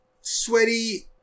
sweaty